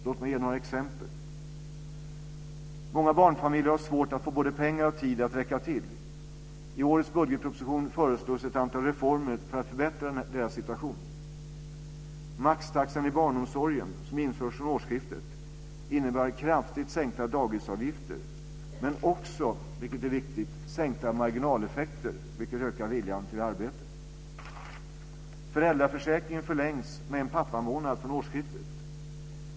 Låt mig ge några exempel. Många barnfamiljer har svårt att få pengar och tid att räcka till. I årets budgetproposition föreslås ett antal reformer för att förbättra deras situation. Maxtaxan i barnomsorgen, som införs från årsskiftet, innebär kraftigt sänkta dagisavgifter, men också - vilket är viktigt - sänkta marginaleffekter, vilket ökar viljan till arbete. Föräldraförsäkringen förlängs med en pappamånad från årsskiftet.